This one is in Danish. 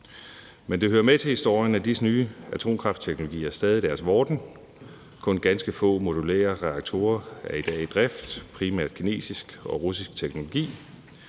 Men det hører med til historien, at disse nye atomkraftteknologier stadig er i deres vorden. Kun ganske få modulære reaktorer er i dag i drift, primært med kinesisk og russisk teknologi.